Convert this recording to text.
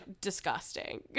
disgusting